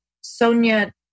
Sonia